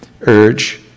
urge